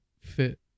fit